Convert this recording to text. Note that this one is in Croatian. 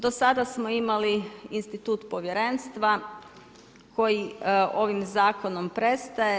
Do sada smo imali institut povjerenstva koji ovim zakonom prestaje.